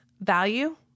value